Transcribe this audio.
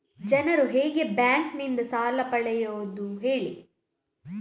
ಜನರು ಹೇಗೆ ಬ್ಯಾಂಕ್ ನಿಂದ ಸಾಲ ಪಡೆಯೋದು ಹೇಳಿ